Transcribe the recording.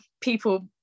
people